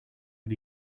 but